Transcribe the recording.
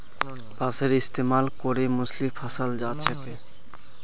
बांसेर इस्तमाल करे मछली फंसाल जा छेक